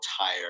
tired